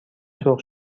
سرخ